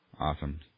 Awesome